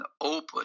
open